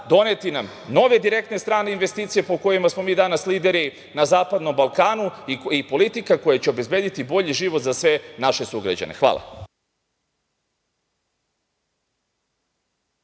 doneti nam nove direktne strane investicije po kojima smo mi danas lideri na Zapadnom Balkanu, i politika koja će obezbediti bolji život za sve naše sugrađane. Hvala.